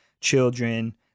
children